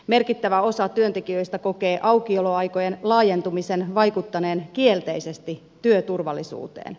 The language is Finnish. merkittävä osa työntekijöistä kokee aukioloaikojen laajentumisen vaikuttaneen kielteisesti työturvallisuuteen